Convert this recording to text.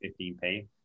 15p